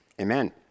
amen